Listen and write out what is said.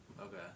Okay